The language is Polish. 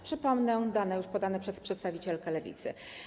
Przypomnę dane już podane przez przedstawicielkę Lewicy.